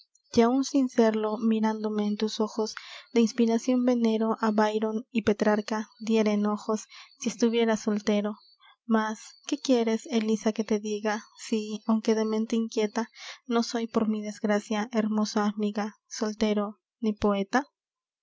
y áun sin serlo mirándome en tus ojos de inspiracion venero á byron y petrarca diera enojos si estuviera soltero mas qué quieres elisa que te diga si aunque de mente inquieta no soy por mi desgracia hermosa amiga soltero ni poeta